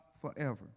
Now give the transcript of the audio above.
forever